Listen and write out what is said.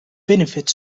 benefit